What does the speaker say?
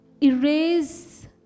erase